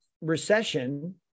recession